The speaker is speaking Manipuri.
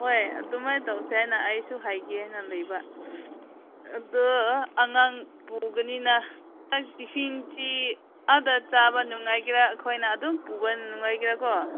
ꯍꯣꯏ ꯑꯗꯨꯃꯥꯏꯅ ꯇꯧꯁꯦ ꯍꯥꯏꯅ ꯑꯩꯁꯨ ꯍꯥꯏꯒꯦꯅ ꯂꯩꯕ ꯑꯗꯨ ꯑꯉꯥꯡ ꯄꯨꯕꯅꯤꯅ ꯆꯥꯛ ꯏꯁꯤꯡꯗꯤ ꯑꯥꯗ ꯆꯥꯕ ꯅꯨꯡꯉꯥꯏꯒꯦꯔꯥ ꯑꯩꯈꯣꯏꯅ ꯑꯗꯨꯝ ꯄꯨꯕ ꯅꯨꯡꯉꯥꯏꯒꯦꯔꯀꯣ